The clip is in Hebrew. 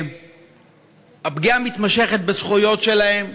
פגיעה מתמשכת בזכויות שלהם,